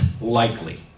likely